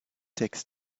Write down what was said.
takes